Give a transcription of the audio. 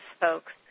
folks